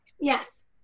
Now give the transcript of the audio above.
Yes